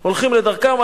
הולכים לדרכם,